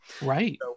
right